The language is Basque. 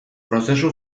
prozesu